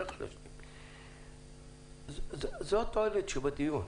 זאת התועלת שבדיון.